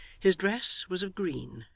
his dress was of green,